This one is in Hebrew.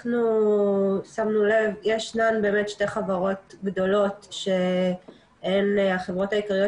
שמנו לב שיש שתי חברות גדולות שהן החברות העיקריות